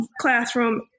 classroom